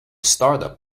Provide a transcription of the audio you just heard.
startup